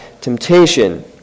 temptation